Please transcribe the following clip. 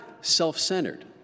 self-centered